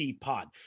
Pod